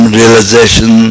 realization